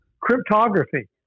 cryptography